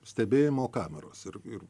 stebėjimo kameros ir ir